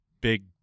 big